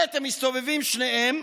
כעת הם מסתובבים שניהם,